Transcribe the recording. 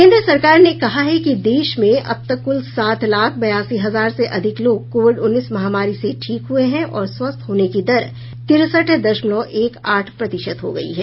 केन्द्र सरकार ने कहा है कि देश में अब तक कुल सात लाख बयासी हजार से अधिक लोग कोविड उन्नीस महामारी से ठीक हुए हैं और स्वस्थ होने की दर तिरसठ दशमलव एक आठ प्रतिशत हो गयी है